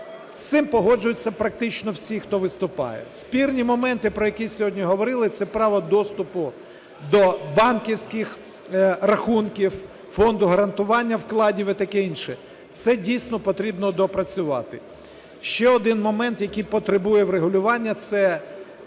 з цим погоджуються практично всі, хто виступає. Спірні моменти, про які сьогодні говорили: це право доступу до банківських рахунків, Фонду гарантування вкладів і таке інше – це дійсно потрібно доопрацювати. Ще один момент, який потребує врегулювання, це